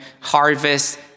harvest